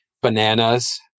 Bananas